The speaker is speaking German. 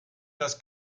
das